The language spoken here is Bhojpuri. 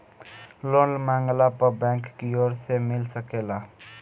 लोन मांगला पर बैंक कियोर से मिल सकेला